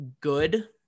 good